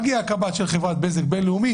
הקב"ט של בזק בינלאומי